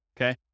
okay